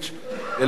ללא נמנעים.